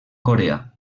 corea